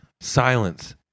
silence